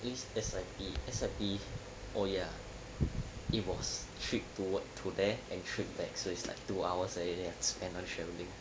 this S_I_P S_I_P oh ya it was trip to work to there and trip back so it's like two hours already lah I spent time travelling